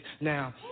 Now